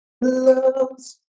loves